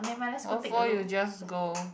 what for you just go